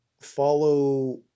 follow